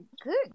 Good